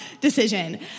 decision